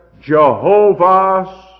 Jehovah's